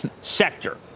sector